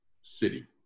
city